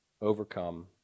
overcome